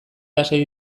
lasai